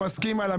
אלקין